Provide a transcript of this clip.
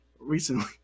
recently